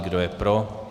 Kdo je pro?